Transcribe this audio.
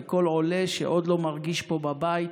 וכל עולה שעוד לא מרגיש פה בבית,